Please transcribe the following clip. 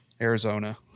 Arizona